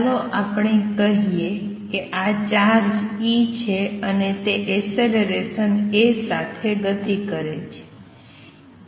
ચાલો આપણે કહીએ કે આ ચાર્જ e છે અને તે એસેલેરેસન a સાથે ગતિ કરે છે